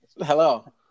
Hello